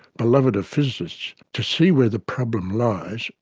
beloved of physicists, to see where the problem lies,